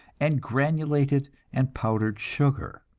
and granulated and powdered sugar.